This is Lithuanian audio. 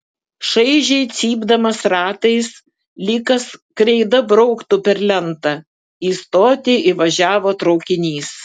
šaižiai cypdamas ratais lyg kas kreida brauktų per lentą į stotį įvažiavo traukinys